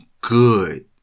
good